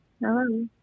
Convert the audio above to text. Hello